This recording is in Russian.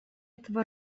этого